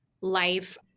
life